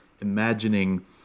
imagining